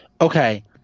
Okay